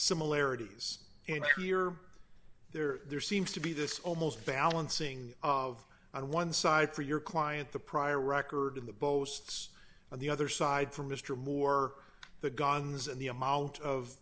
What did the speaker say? similarities and here there there seems to be this almost balancing of on one side for your client the prior record in the boasts on the other side from mr moore the guns and the amount of